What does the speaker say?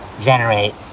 generate